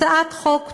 הצעת חוק טובה,